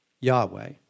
Yahweh